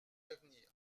d’avenir